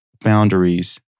boundaries